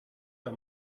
her